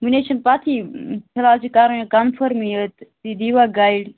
وٕنۍ حظ چھِنہٕ پتہٕے فِلحال چھِ کران یہِ کَنفٲرمٕے یوت تہٕ تُہۍ دیٖوا گایِڈ